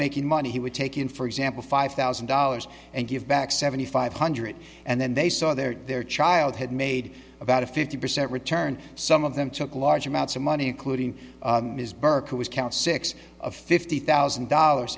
making money he would take in for example five thousand dollars and give back seventy five hundred and then they saw their their child had made about a fifty percent return some of them took large amounts of money including ms burke who was count six of fifty thousand dollars